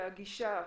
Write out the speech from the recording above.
הגישה שלכם.